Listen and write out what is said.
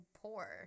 poor